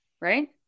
Right